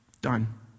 done